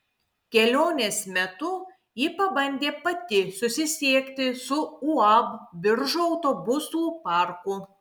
kelionės metu ji pabandė pati susisiekti su uab biržų autobusų parku